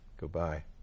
Goodbye